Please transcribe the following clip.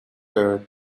her